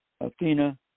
Athena